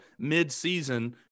midseason